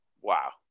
Wow